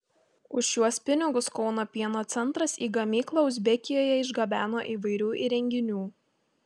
už šiuos pinigus kauno pieno centras į gamyklą uzbekijoje išgabeno įvairių įrenginių